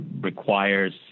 requires